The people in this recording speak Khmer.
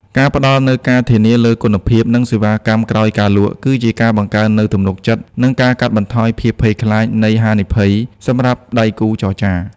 ការផ្តល់នូវការធានាលើគុណភាព និងសេវាកម្មក្រោយការលក់ គឺជាការបង្កើននូវទំនុកចិត្ត និងការកាត់បន្ថយភាពភ័យខ្លាចនៃហានិភ័យសម្រាប់ដៃគូចរចា។